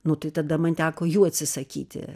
nu tai tada man teko jų atsisakyti